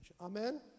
Amen